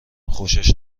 خوشش